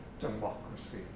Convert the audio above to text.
democracy